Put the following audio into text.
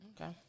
Okay